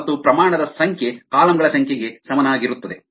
ಮತ್ತು ಪ್ರಮಾಣ ದ ಸಂಖ್ಯೆ ಕಾಲಮ್ ಗಳ ಸಂಖ್ಯೆಗೆ ಸಮನಾಗಿರುತ್ತದೆ